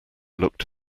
looked